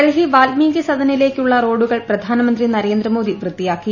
ഡൽഹി വാല്മീകി സദനിലേക്കുള്ള റോഡുകൾ പ്രധാനമന്ത്രി നരേന്ദ്ര മോദി വൃത്തിയാക്കി